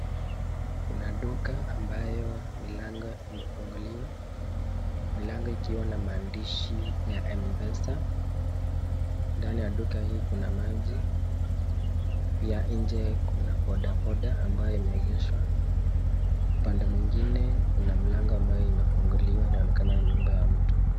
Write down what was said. Kuna duka ambayo milango imefunguliwa milango ikiwa na maandishi ya mpesa. Ndani ya duka hii kuna maji nje kuna boda boda ambayo inaegeshwa. Upande mwingine kuna mlango ambayo imefunguliwa inaonekana ni ya nyumba ya mtu.